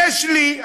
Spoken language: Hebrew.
יש לי,